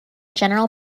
general